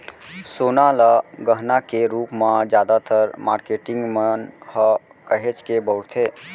सोना ल गहना के रूप म जादातर मारकेटिंग मन ह काहेच के बउरथे